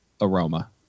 aroma